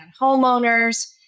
homeowners